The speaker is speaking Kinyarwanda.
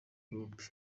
group